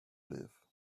live